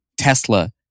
Tesla